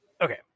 Okay